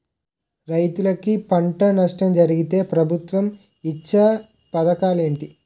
రైతులుకి పంట నష్టం జరిగితే ప్రభుత్వం ఇచ్చా పథకాలు ఏంటి?